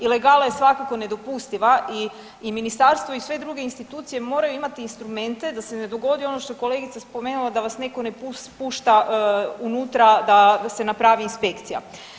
Ilegala je svakako nedopustiva i ministarstvo i sve druge institucije moraju imati instrumente da se ne dogodi ono što je kolegica spomenula, da vas netko ne pušta unutra da se napravi inspekcija.